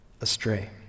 astray